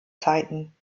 zeiten